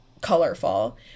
colorful